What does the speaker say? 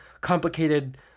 complicated